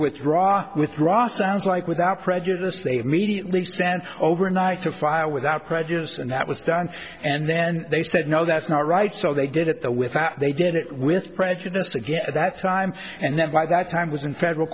withdraw withdraw sounds like without prejudice they have mediately stand overnight to file without prejudice and that was done and then they said no that's not right so they did it the with that they did it with prejudice again that time and then by that time was in federal